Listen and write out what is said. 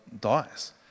dies